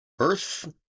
Earth